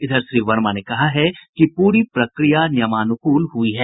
इधर श्री वर्मा ने कहा है कि पूरी प्रक्रिया नियमानुकूल हुई है